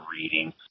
reading